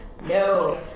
no